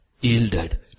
yielded